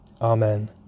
Amen